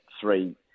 three